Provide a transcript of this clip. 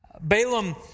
Balaam